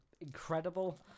incredible